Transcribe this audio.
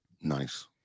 Nice